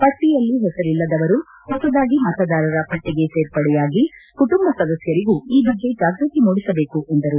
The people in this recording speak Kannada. ಪಟ್ಟಿಯಲ್ಲಿ ಹೆಸರಿಲ್ಲದವರು ಹೊಸದಾಗಿ ಮತದಾರರ ಪಟ್ಟಿಗೆ ಸೇರ್ಪಡೆಯಾಗಿ ಕುಟುಂಬ ಸದಸ್ಯರಿಗೂ ಈ ಬಗ್ಗೆ ಜಾಗೃತಿ ಮೂಡಿಸಬೇಕು ಎಂದರು